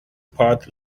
part